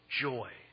joy